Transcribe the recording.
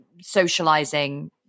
socializing